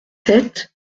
sept